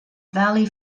valley